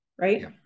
right